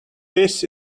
this